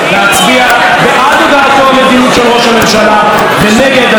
המדינית של ראש הממשלה ונגד הצעות האי-אמון.